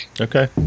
Okay